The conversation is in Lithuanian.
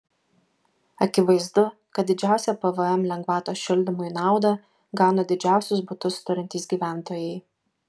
akivaizdu kad didžiausią pvm lengvatos šildymui naudą gauna didžiausius butus turintys gyventojai